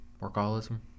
workaholism